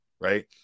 Right